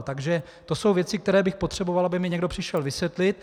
Takže to jsou věci, které bych potřeboval, aby mi někdo přišel vysvětlit.